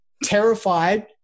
terrified